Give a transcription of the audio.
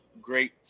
great